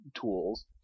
tools